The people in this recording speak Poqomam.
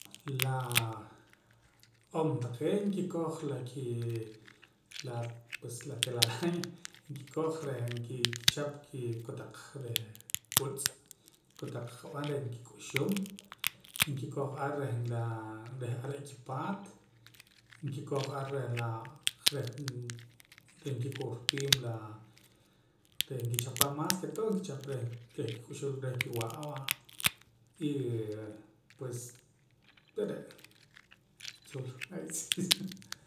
Laa om taqee' nkikoj la kii la pues telaraña nkikoj reh nkichap kikotaq reh utz' kotaq qa'b'eh reh nkik'uxum y nkikoj ar reh la reh are' kipaat nkikoj ar reh la reh nkikorpiim la reh nkichap mas ke todo nkichap reh kik'uxul reh nkiwa'a y pues re' re'